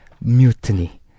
mutiny